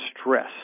stress